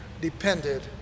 depended